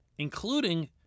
including